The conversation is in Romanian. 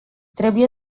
trebuie